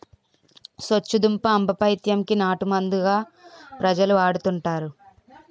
సొచ్చుదుంప ఆంబపైత్యం కి నాటుమందుగా ప్రజలు వాడుతుంటారు